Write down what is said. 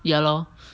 ya lor